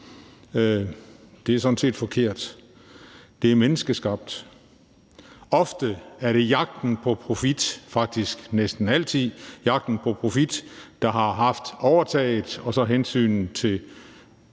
det er sådan set forkert. Det her er menneskeskabt. Ofte – faktisk næsten altid – er det jagten på profit, der har haft overtaget, og så har hensynet til